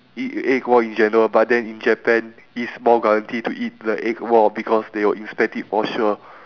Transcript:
eat a egg raw in general but then in japan it's more guarantee to eat the egg raw because they will inspect it for sure